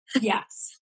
Yes